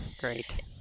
Great